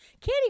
candy